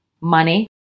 Money